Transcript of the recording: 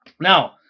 Now